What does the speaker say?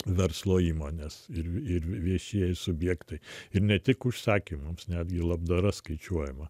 verslo įmonės ir ir viešieji subjektai ir ne tik užsakymams netgi labdara skaičiuojama